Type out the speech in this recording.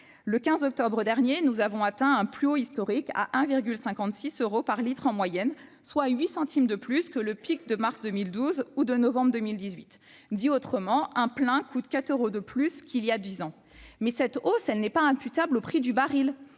Le 15 octobre dernier, nous avons atteint un plus haut historique à 1,56 euro par litre en moyenne, soit 8 centimes d'euro de plus que le pic des mois de mars 2012 ou de novembre 2018. En d'autres termes, un plein coûte 4 euros de plus qu'il y a dix ans. Cette hausse n'est pas imputable au prix du baril.